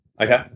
Okay